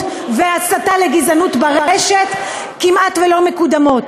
והסתה לגזענות ברשת כמעט לא מקודמות.